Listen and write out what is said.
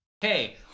Hey